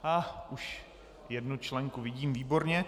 Á, už jednu členku vidím, výborně.